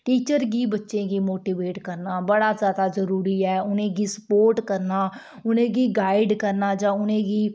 teacher गी बच्चें गी मोटिवेट करना बड़ा जैदा जरूरी ऐ उ'नें गी सुपोर्ट करना उ'नें गी गाईड़ करना जां उ'नें गी